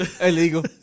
Illegal